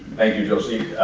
thank you, docey.